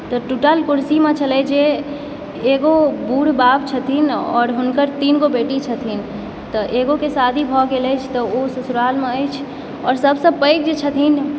तऽ टूटल कुर्सीमे छलय जे एगो बुढ़ बाप छथिन आ हुनकर तीनगो बेटी छथिन तऽ एगोके शादी भऽ गेल अछि तऽ ओ ससुरालमे अछि आ सभसँ पैघ जे छथिन